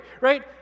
right